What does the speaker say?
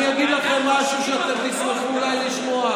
אולי תהיה,